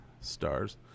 stars